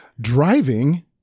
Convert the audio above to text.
driving